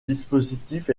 dispositif